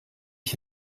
ich